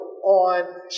on